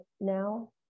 now